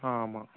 ஆ ஆமாம்